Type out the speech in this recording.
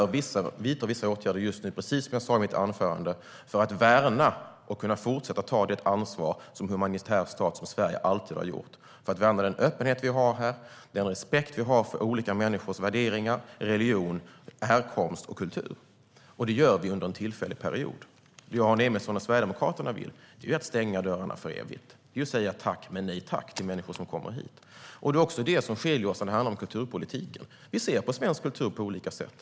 Vi vidtar vissa åtgärder just nu, precis som jag sa i mitt anförande, för att kunna fortsätta ta det ansvar som Sverige alltid har tagit som humanitär stat och för att värna den öppenhet och den respekt vi har för olika människors värderingar, religion, härkomst och kultur. Det gör vi under en tillfällig period. Det Aron Emilsson och Sverigedemokraterna vill är att stänga dörrarna för evigt och säga tack men nej tack till människor som kommer hit. Det är också det här som skiljer oss åt när det handlar om kulturpolitiken. Vi ser på svensk kultur på olika sätt.